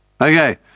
Okay